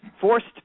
Forced